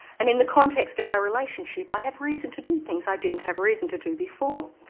and in the context of our relationship, i have reason to do things i didn't have reason to do before.